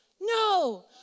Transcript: No